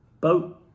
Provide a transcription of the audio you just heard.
boat